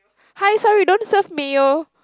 hi sir we don't serve mayo